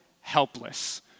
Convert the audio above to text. helpless